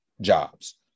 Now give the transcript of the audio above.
jobs